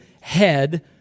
head